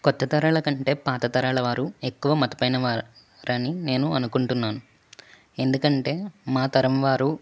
కొత్త తరాలకంటే పాత తరాల వారు ఎక్కువ మతమైన వారని నేను అనుకుంటున్నాను ఎందుకంటే మా తరం వారు